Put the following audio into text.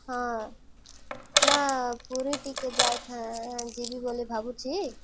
ହଁ ନା ପୁରୀ ଟିକେ ଯାଇ ଯିବି ବୋଲି ଭାବୁଛି